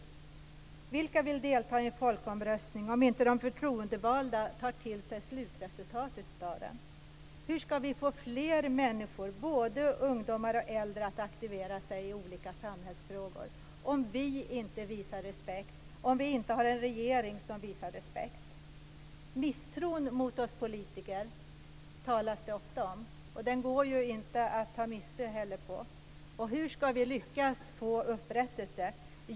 Vilka vill delta i en folkomröstning om inte de förtroendevalda tar till sig slutresultatet av den? Hur ska vi få fler människor, både ungdomar och äldre, att aktivera sig i olika samhällsfrågor om vi inte visar respekt och om vi inte har en regering som visar respekt? Misstron mot oss politiker är också något som det talas om, och den går ju inte att ta miste på. Hur ska vi lyckas få upprättelse?